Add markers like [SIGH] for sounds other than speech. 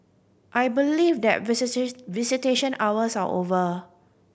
I believe that [UNINTELLIGIBLE] visitation hours are over